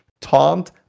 taunt